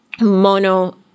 mono